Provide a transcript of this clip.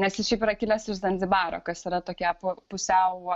nes jis šiaip yra kilęs iš zanzibaro kas yra tokia pu pusiau